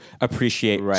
appreciate